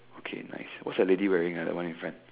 okay nice what's the lady wearing ah the one in front